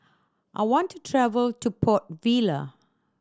I want to travel to Port Vila